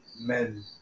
men